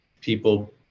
people